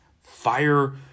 fire